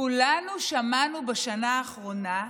כולנו שמענו בשנה האחרונה,